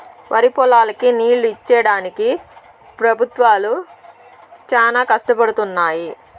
వరిపొలాలకి నీళ్ళు ఇచ్చేడానికి పెబుత్వాలు చానా కష్టపడుతున్నయ్యి